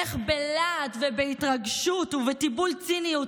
איך בלהט ובהתרגשות ובתיבול ציניות